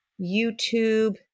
YouTube